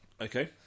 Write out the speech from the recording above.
Okay